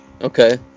Okay